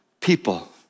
people